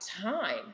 time